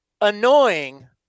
annoying